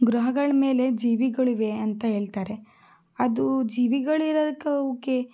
ಗ್ರಹಗಳ ಮೇಲೆ ಜೀವಿಗಳಿವೆ ಅಂತ ಹೇಳ್ತಾರೆ ಅದು ಜೀವಿಗಳಿರದಕ್ಕೆ ಅವುಕ್ಕೆ